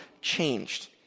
changed